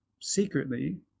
secretly